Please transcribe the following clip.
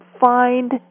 find